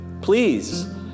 Please